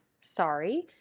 Sorry